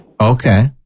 Okay